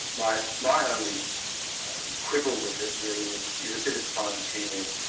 my my only quibble with it really is a bit of fine-tuning,